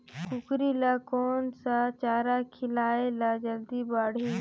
कूकरी ल कोन सा चारा खिलाय ल जल्दी बाड़ही?